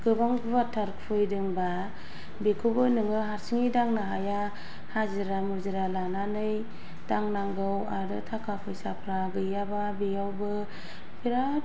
गोबां गुवारथार खुहैदोंबा बेखौबो नोङो हारसिङै दांनो हाया हाजिरा मुजिरा लानानै दांनांगौ आरो थाखा फैसाफ्रा गैयाबा बेयावबो बेराद